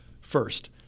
First